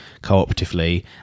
cooperatively